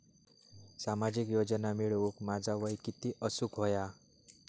सामाजिक योजना मिळवूक माझा वय किती असूक व्हया?